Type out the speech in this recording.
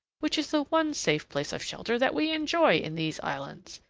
which is the one safe place of shelter that we enjoy in these islands.